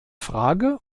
frage